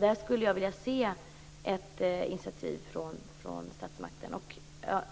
Därför skulle jag vilja se ett initiativ från statsmakten. Jag